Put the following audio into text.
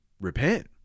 repent